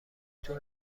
تون